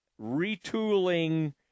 retooling